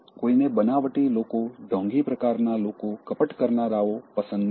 કોઈને બનાવટી લોકો ઢોંગી પ્રકારના લોકો કપટ કરનારાઓ પસંદ નથી